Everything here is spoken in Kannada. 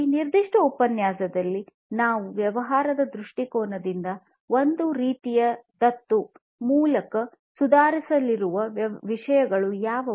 ಈ ನಿರ್ದಿಷ್ಟ ಉಪನ್ಯಾಸದಲ್ಲಿ ನಾವು ವ್ಯವಹಾರದ ದೃಷ್ಟಿಕೋನದಿಂದ ಒಂದು ರೀತಿಯ ದತ್ತು ಮೂಲಕ ಸುಧಾರಿಸಲಿರುವ ವಿಷಯಗಳು ಯಾವುವು